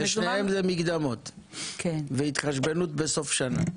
בשניהם זה מקדמות והתחשבנות בסוף השנה?